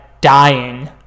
dying